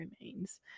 remains